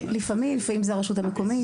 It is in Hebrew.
לפעמים, לפעמים זאת הרשות המקומית.